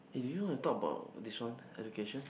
eh do you want to talk about this one education